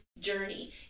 journey